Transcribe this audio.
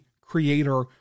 creator